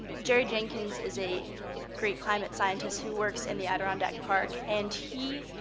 jerry jenkins is a great climate scientist who works in the adirondack park, and he